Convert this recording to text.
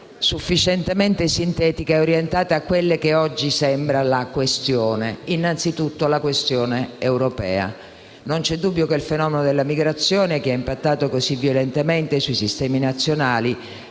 sufficientemente sintetica e orientata a quella che oggi sembra la questione principale, e cioè innanzitutto una questione europea. Non c'è dubbio che il fenomeno della migrazione, che ha impattato così violentemente sui sistemi nazionali,